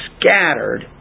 scattered